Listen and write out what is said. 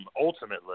ultimately